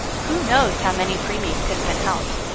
who knows how many pre-me's could have been helped.